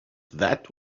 that